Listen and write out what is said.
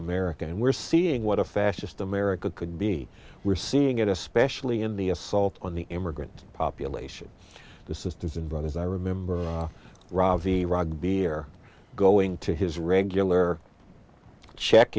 america and we're seeing what a fascist america could be were seeing it especially in the assault on the immigrant population the sisters and brothers i remember ravi rugby here going to his regular check